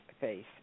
face